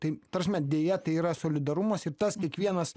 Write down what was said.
tai ta prasme deja tai yra solidarumas ir tas kiekvienas